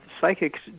Psychics